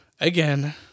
again